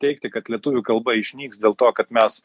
teigti kad lietuvių kalba išnyks dėl to kad mes